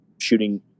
shooting